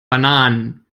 bananen